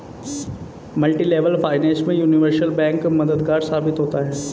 multilevel finance में universal bank मददगार साबित होता है